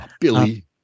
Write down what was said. Billy